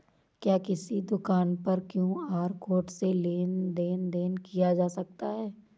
क्या किसी दुकान पर क्यू.आर कोड से लेन देन देन किया जा सकता है?